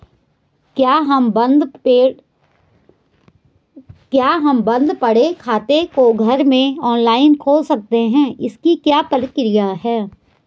क्या हम बन्द पड़े खाते को घर में ऑनलाइन खोल सकते हैं इसकी क्या प्रक्रिया है?